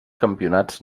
campionats